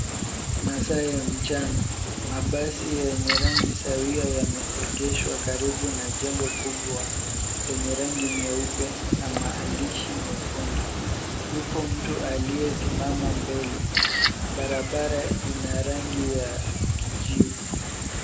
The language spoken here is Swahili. Masaa ya mchana. Mabasi yenye rangi sawia yameegeshwa karibu najengo kubwa lenye rangi nyeupe na maandishi mekundu. Yupo mtu aliyesimama mbele. Barabara ina rangi ya kijivu.